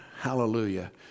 Hallelujah